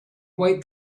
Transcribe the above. white